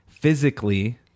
physically